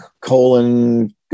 colon